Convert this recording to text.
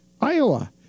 Iowa